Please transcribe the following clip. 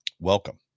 welcome